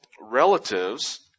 relatives